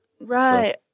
Right